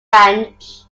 ranch